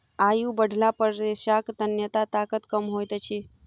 आयु बढ़ला पर रेशाक तन्यता ताकत कम होइत अछि